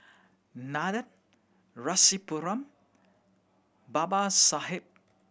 Nandan Rasipuram Babasaheb